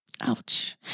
Ouch